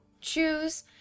choose